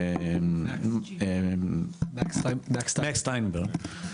הלוויה של מקס שטיינברג.